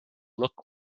look